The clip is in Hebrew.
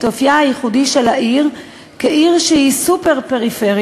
אופייה הייחודי של אילת כעיר שהיא סופר-פריפרית,